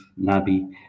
nabi